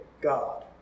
God